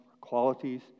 qualities